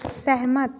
सहमत